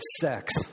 sex